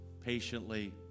patiently